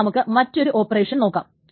ഇനി നമുക്ക് മറ്റൊരു ഓപ്പറേഷൻ നോക്കാം